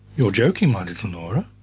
you're joking, my little nora!